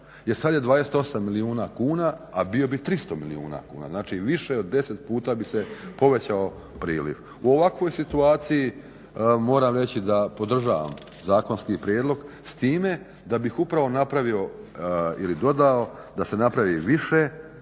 jer sad je 28 milijuna kuna a bio bi 300 milijuna kuna, znači više od 10 puta bi se povećao priljev. U ovakvoj situaciji moram reći da podržavam zakonski prijedlog s time da bih upravo napravio ili dodao da se napravi više